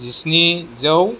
जिस्निजौ